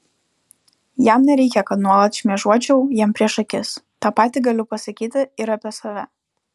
jam nereikia kad nuolat šmėžuočiau jam prieš akis tą patį galiu pasakyti ir apie save